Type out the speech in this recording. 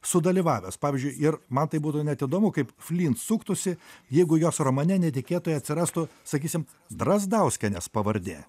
sudalyvavęs pavyzdžiui ir man tai būtų net įdomu kaip flyn suktųsi jeigu jos romane netikėtai atsirastų sakysim drazdauskienės pavardė